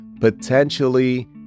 potentially